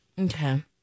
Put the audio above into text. Okay